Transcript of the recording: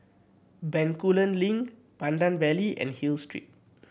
Bencoolen Link Pandan Valley and Hill Street